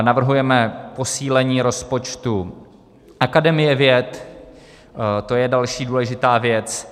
Navrhujeme posílení rozpočtu Akademie věd, to je další důležitá věc.